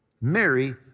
Mary